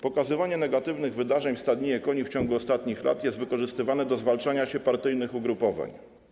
Pokazywanie negatywnych wydarzeń w stadninie koni w ciągu ostatnich lat jest wykorzystywane do zwalczania się partyjnych ugrupowań.